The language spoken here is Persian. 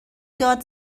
داد